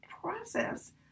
process